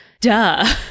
duh